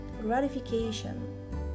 gratification